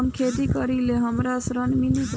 हम खेती करीले हमरा ऋण मिली का?